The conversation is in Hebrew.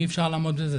אי אפשר לעמוד בזה,